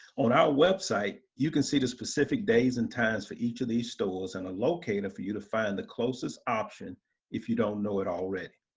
on our website, you can see the specific days and times for each of these stores and a locator for you to find the closest option if you don't know it already.